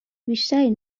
بیشتری